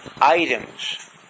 items